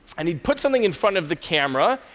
and he put something in front of the camera,